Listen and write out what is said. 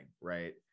right